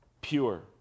pure